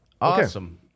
Awesome